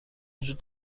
وجود